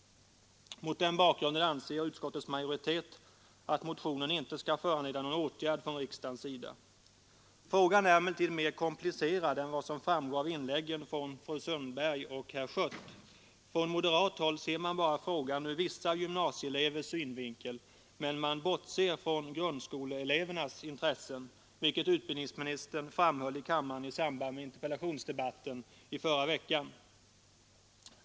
Mot den bakgrunden anser utskottets majoritet att motionen inte skall föranleda någon åtgärd från riksdagens sida. Frågan är emellertid mer komplicerad än vad som framgår av inläggen från fru Sundberg och herr Schött. Från moderat håll ser man frågan bara ur vissa gymnasieelevers synvinkel, men man bortser från grundskoleelevernas intressen, vilket utbildningsministern framhöll i kammaren i samband med interpellationsdebatten i förra veckan.